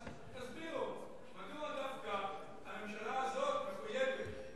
אז תסבירו מדוע דווקא הממשלה הזאת מחויבת,